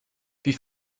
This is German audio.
wie